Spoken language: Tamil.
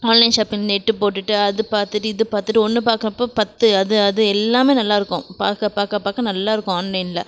ஆன்லைன் ஷாப்பிங் நெட்டு போட்டுகிட்டு அது பார்த்துட்டு இது பார்த்துட்டு ஒன்று பார்க்கப்போ பத்து அது அது எல்லாமே நல்லாயிருக்கும் பார்க்கப் பார்க்கப் பார்க்க நல்லா இருக்கும் ஆன்லைனில்